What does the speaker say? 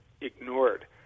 ignored